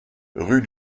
rue